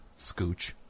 Scooch